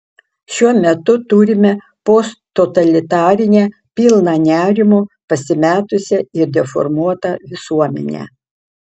šiuo metu turime posttotalitarinę pilną nerimo pasimetusią ir deformuotą visuomenę